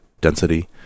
density